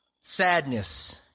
sadness